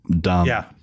dumb